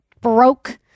broke